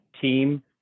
team